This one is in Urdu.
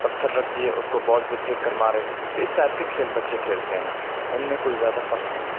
پتھر رکھ دیئے اس کو بال سے پھیک کر مارے تو اس ٹائپ کے کھیل بچے کھیلتے ہیں ان میں کوئی زیادہ فرق نہیں ہے